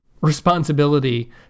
responsibility